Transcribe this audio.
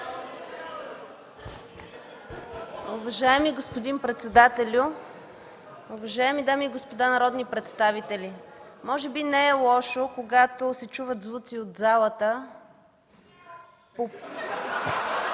Уважаеми господин председател, уважаеми дами и господа народни представители! Може би не е лошо, когато се чуват звуци от залата...